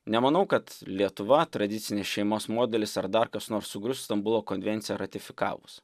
nemanau kad lietuva tradicinės šeimos modelis ar dar kas nors sugrius stambulo konvenciją ratifikavus